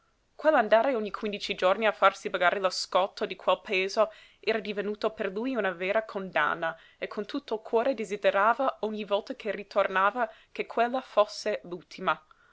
altri quell'andare ogni quindici giorni a farsi pagar lo scotto di quel peso era divenuto per lui una vera condanna e con tutto il cuore desiderava ogni volta che ne ritornava che quella fosse